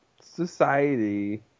society